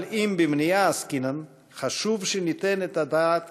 אבל אם במניעה עסקינן, חשוב שניתן את הדעת